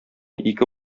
ике